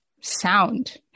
sound